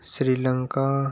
Sri Lanka